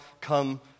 come